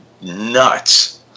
nuts